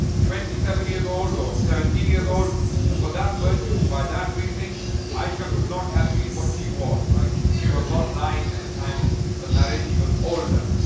twenty seven years old or seventeen years old for that virtue, by that reasoning aisha could not have been what she was like she was not nine at the time of the marriage. she was older.